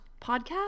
podcast